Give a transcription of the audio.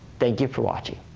thank you for watching.